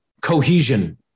cohesion